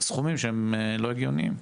סכומים שהם לא הגיוניים.